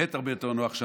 באמת הרבה יותר נוח שם,